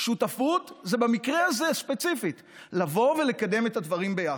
שותפות במקרה הזה ספציפית זה לבוא ולקדם את הדברים ביחד.